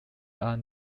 are